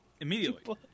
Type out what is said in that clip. immediately